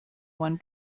one